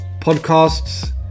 podcasts